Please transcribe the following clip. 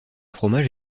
fromage